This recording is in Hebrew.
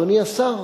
אדוני השר,